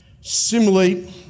Similarly